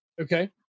Okay